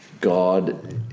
God